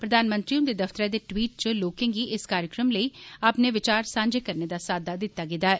प्रधानमंत्री हुन्दे दफ्तरै दे टवीट च लोकें गी इस कार्जक्रम लेई अपने विचार सांझे करने दा साद्दा दिता गेदा ऐ